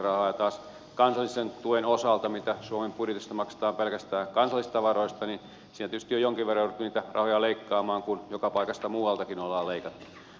taas kansallisen tuen osalta mitä suomen budjetista maksetaan pelkästään kansallisista varoista tietysti on jonkin verran jouduttu niitä rahoja leikkaamaan kun joka paikasta muualtakin ollaan leikattu